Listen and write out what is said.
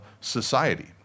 society